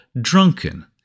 Drunken